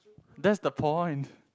that's the point